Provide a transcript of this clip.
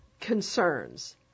concerns